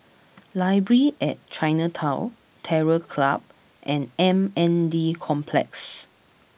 Library at Chinatown Terror Club and M N D Complex